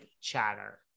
chatter